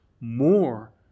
more